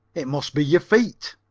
it must be your feet.